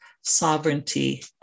sovereignty